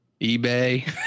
eBay